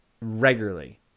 regularly